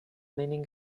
leaning